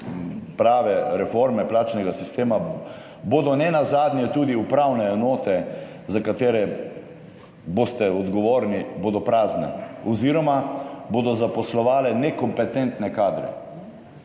prave reforme plačnega sistema, bodo nenazadnje tudi upravne enote, za katere boste odgovorni, bodo prazne oziroma bodo zaposlovale nekompetentne kadre,